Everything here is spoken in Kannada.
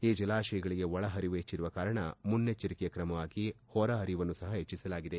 ಈ ಜಲಾಶಯಗಳಿಗೆ ಒಳ ಹರಿವು ಹೆಚ್ಚರುವ ಕಾರಣ ಮುನ್ನಚ್ಚರಿಕೆ ಕ್ರಮವಾಗಿ ಹೊರ ಹರಿವನ್ನು ಸಹ ಹೆಚ್ಚಸಲಾಗಿದೆ